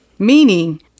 Meaning